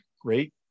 great